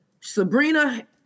Sabrina